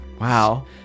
Wow